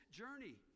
journey